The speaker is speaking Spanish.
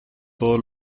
todo